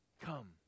Come